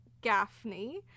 Gaffney